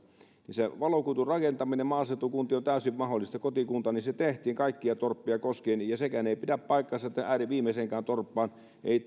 se valokuiturakentaminen maaseutukuntiin on täysin mahdollista kotikuntaani se tehtiin kaikkia torppia koskien sekään ei pidä paikkaansa että viimeiseen torppaan